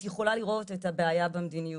את יכולה לראות את הבעיה במדיניות,